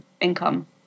income